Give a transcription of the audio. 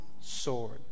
sword